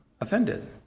offended